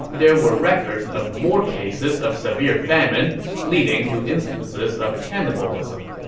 there were records of more cases of severe famine leading to instances of cannibalism